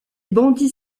bandits